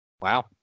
Wow